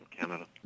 canada